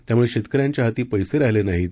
त्यामुळे शेतकऱ्यांच्या हाती पैसे राहिले नाहीत